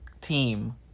team